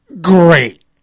great